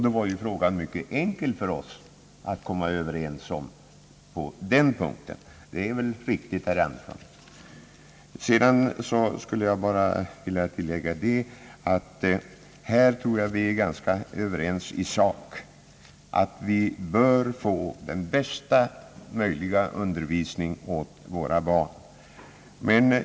Då var det mycket enkelt för oss att komma överens på den punkten. Det är väl riktigt, herr Andersson. Jag skulle sedan bara vilja tillägga, och här tror jag att vi är ganska ense i sak, att vi bör eftersträva den bästa möjliga undervisningen åt våra barn.